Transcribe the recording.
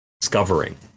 discovering